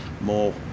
more